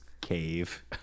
cave